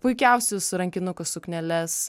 puikiausius rankinukus sukneles